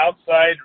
outside